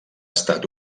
estat